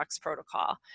protocol